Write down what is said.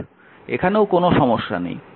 সুতরাং এখানেও কোনও সমস্যা নেই